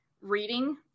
reading